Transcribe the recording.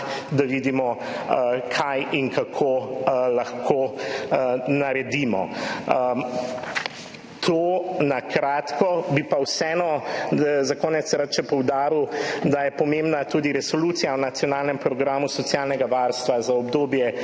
da vidimo, kaj in kako lahko naredimo. Toliko na kratko. Bi pa vseeno za konec rad poudaril še, da je pomembna tudi Resolucija o nacionalnem programu socialnega varstva za obdobje